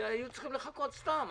והיו צריכים לחכות סתם.